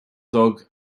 dog